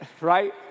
right